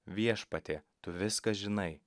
viešpatie tu viską žinai